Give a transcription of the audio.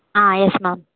yes ma'am